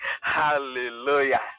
Hallelujah